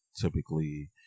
Typically